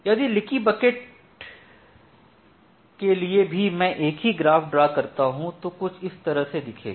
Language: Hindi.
यदि लीकी बकेट के लिए भी मै एक ही ग्राफ ड्रा करता हूं जो कुछ इस तरह से दिखेगा